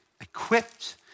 equipped